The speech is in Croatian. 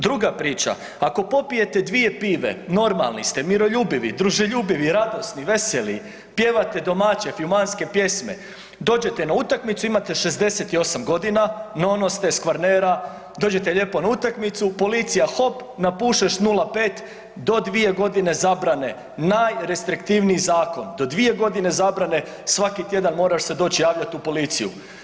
Druga priča, ako popijete 2 pive normalni ste, miroljubivi, druželjubivi, radosni, veseli, pjevate domaće …/nerazumljivo/… pjesme, dođete na utakmicu imate 68 godina, no ono ste s Kvarnera, dođete lijepo na utakmicu, polija hop, napušeš 0,5, do 2 godine zabrane, najrestriktivniji zakon, do 2 godine zabrana svaki tjedan moraš se doći javljati u policiju.